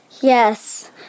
Yes